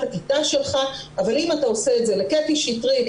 הכיתה שלך אבל אם אתה עושה את זה לקטי שטרית,